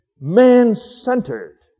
man-centered